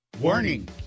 Warning